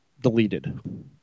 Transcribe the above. deleted